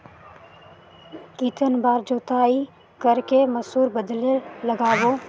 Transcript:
कितन बार जोताई कर के मसूर बदले लगाबो?